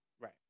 Right